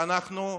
שאנחנו,